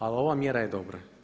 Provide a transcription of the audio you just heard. Ali ova mjera je dobra.